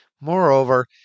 Moreover